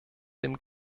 dem